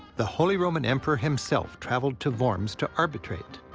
the holy roman emperor himself traveled to worms to arbitrate.